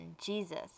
Jesus